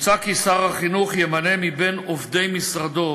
מוצע כי שר החינוך ימנה מבין עובדי משרדו